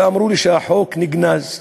ואמרו לי שהחוק נגנז.